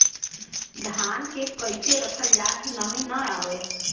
धान के कइसे रखल जाकि नमी न आए?